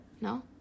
No